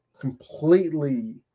completely